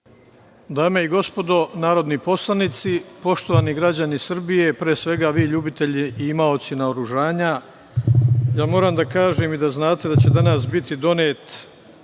Dame i gospodo narodni poslanici, poštovani građani Srbije, pre svega vi ljubitelji i imaoci naoružanja, ja moram da kažem, i da znate da će danas biti donet